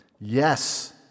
Yes